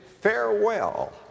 farewell